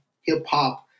hip-hop